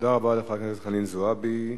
לחברת הכנסת חנין זועבי.